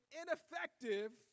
ineffective